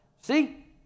See